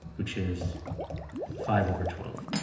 which is five over twelve.